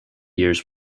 years